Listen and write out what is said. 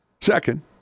second